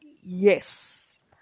Yes